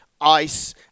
ice